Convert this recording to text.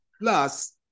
Plus